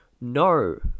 no